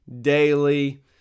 daily